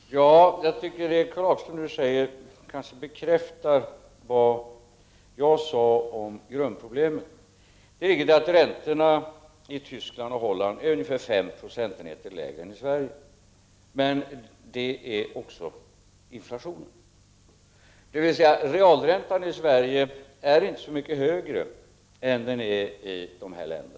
Herr talman! Jag tycker att det som Karl Hagström nu säger bekräftar det som jag sade om grundproblemen. Det är riktigt att räntorna i Tyskland och Holland är ungefär 5 procentenheter lägre än i Sverige, men det är också inflationen. Det innebär alltså att realräntan i Sverige inte är så mycket högre än den är i dessa länder.